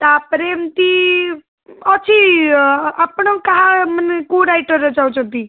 ତା'ପରେ ଏମିତି ଅଛି ଆପଣ କାହା ମାନେ କେଉଁ ରାଇଟର୍ର ଚାହୁଁଛନ୍ତି